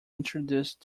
introduced